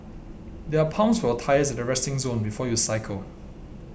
there are pumps for your tyres at the resting zone before you cycle